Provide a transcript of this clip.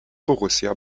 borussia